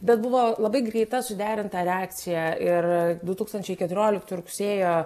bet buvo labai greita suderinta reakcija ir du tūkstančiai keturioliktų rugsėjo